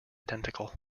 identical